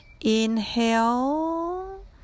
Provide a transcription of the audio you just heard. inhale